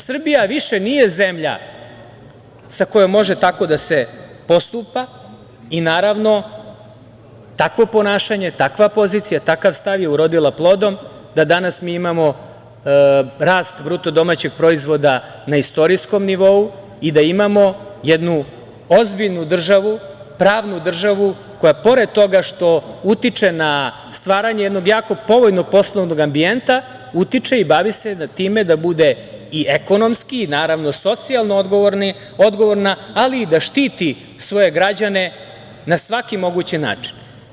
Srbija više nije zemlja sa kojom može tako da se postupa i naravno takvo ponašanje, takva pozicija, takav stav je urodila plodom da danas mi imamo rast bruto domaćeg proizvoda na istorijskom nivou i da imamo jednu ozbiljnu državu, pravnu državu koja pored toga što utiče na stvaranje jednog jako povoljnog poslovnog ambijenta, utiče i bavi se time da bude i ekonomski i naravno socijalno odgovorna, ali i da štiti svoje građane na svaki mogući način.